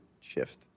shift